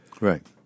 Right